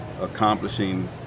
accomplishing